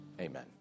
Amen